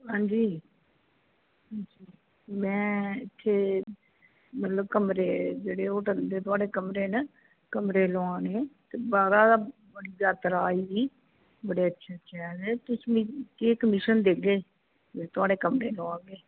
हां जी मै इत्थे मतलब कमरे जेह्ड़े होटल दे थुआढ़े कमरे न कमरे लुआने ते बाह्रा दी बड़ी यात्रा आई दी बड़े अच्छे अच्छे आए दे तुस मिगी केह् कमीशन देगे जे थुआढ़े कमरे लुआगे